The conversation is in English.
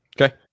Okay